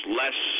less